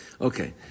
Okay